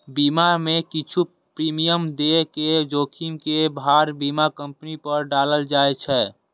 बीमा मे किछु प्रीमियम दए के जोखिम के भार बीमा कंपनी पर डालल जाए छै